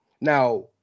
Now